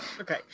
Okay